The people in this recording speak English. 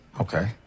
okay